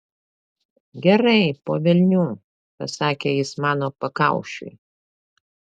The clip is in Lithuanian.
gerai po velnių pasakė jis mano pakaušiui